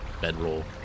bedroll